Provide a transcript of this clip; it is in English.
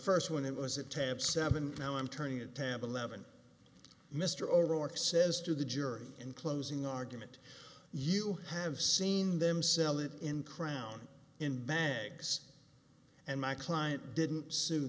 first one it was a tab seven now i'm turning a tab eleven mr o'rourke says to the jury in closing argument you have seen them sell it in crown in bags and my client didn't sue